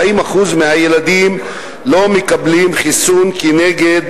40% מהילדים לא מקבלים חיסון נגד